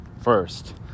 first